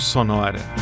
Sonora